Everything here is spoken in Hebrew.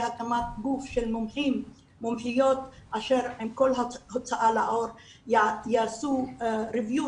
הקמת גוף של מומחים ומומחיות אשר עם כל הוצאה לאור יעשו סקירה,